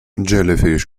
jellyfish